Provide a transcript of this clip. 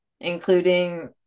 including